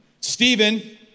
Stephen